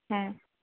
হ্যাঁ